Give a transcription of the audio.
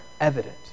evident